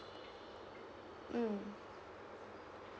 mm